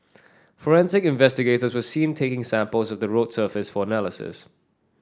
forensic investigators were seen taking samples of the road surface for analysis